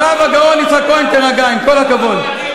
הרב הגאון יצחק כהן, תירגע, עם כל הכבוד.